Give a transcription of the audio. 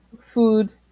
food